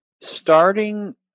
Starting